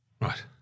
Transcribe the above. Right